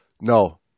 No